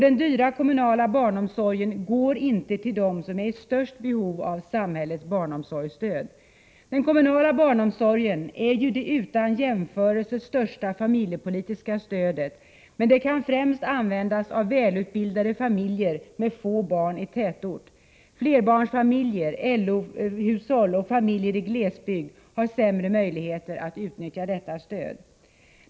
Den dyra kommunala barnomsorgen går inte till dem som är i störst behov av samhällets barnomsorgsstöd. Den kommunala barnomsorgen är ju utan jämförelse det största familjepolitiska stödet, men det kan främst utnyttjas av välutbildade familjer med få barn i tätort. Flerbarnsfamiljer, LO-hushåll och familjer i glesbygd har sämre möjligheter att utnyttja detta stöd.